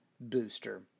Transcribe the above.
Booster